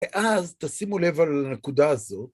אז תשימו לב על הנקודה הזאת.